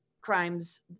crimes